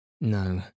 No